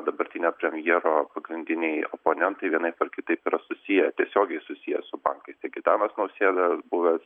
dabartinio premjero pagrindiniai oponentai vienaip ar kitaip yra susiję tiesiogiai susiję su bankais tai gitanas nausėda buvęs